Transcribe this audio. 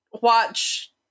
watch